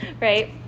right